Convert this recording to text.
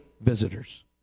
visitors